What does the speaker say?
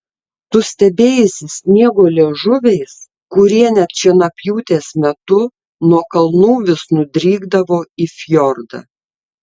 tu stebėjaisi sniego liežuviais kurie net šienapjūtės metu nuo kalnų vis nudrykdavo į fjordą